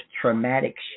traumatic